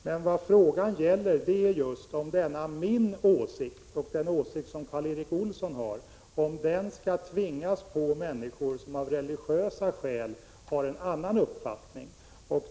Det frågan gäller är om denna min åsikt och den åsikt som Karl Erik Olsson har skall tvingas på människor som av religiösa skäl har en annan uppfattning.